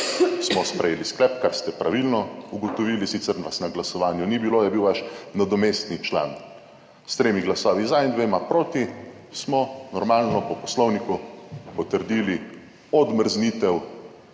smo sprejeli sklep, kar ste pravilno ugotovili, sicer vas na glasovanju ni bilo, je bil vaš nadomestni član. S 3 glasovi za in dvema proti smo normalno po Poslovniku potrdili odmrznitev